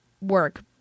work